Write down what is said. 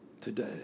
today